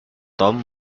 tom